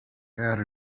add